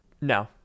No